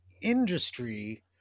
industry